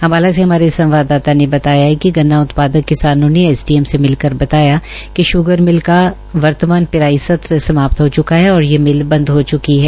अम्बाला से हमारे संवाददाता ने बताया कि गन्ना उत्पादक किसानों ने एस डी एम से मिलकर बताया कि श्रगर मिल का वर्तमान पिराई सत्र समाप्त हो च्का है और ये मिल बंद हो गई है